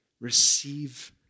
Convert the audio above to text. Receive